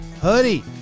hoodie